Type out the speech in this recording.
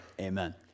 amen